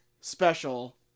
special